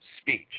speech